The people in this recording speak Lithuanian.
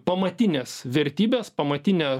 pamatines vertybes pamatinę